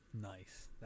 Nice